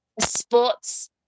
sports